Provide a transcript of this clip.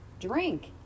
drink